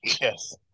Yes